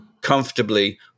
comfortably